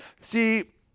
See